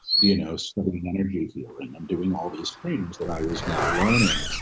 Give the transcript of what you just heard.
you know, sort of in energy healing and um doing all these things that i was now learning